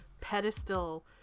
pedestal